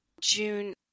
june